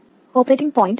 operating point 2